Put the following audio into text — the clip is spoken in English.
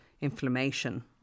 inflammation